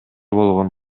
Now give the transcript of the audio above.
болгон